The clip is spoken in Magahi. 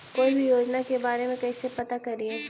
कोई भी योजना के बारे में कैसे पता करिए?